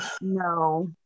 no